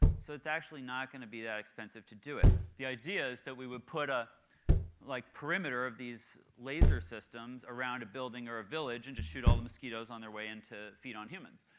so it's actually not going to be that expensive to do it. the idea is that we would put a like perimeter of these laser systems around a building or a village and just shoot all the mosquitos on their way in to feed on humans.